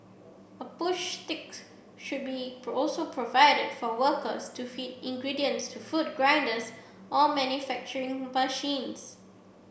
a push sticks should be also provided for workers to feed ingredients to food grinders or manufacturing machines